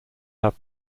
have